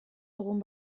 dugun